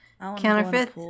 counterfeit